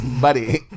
Buddy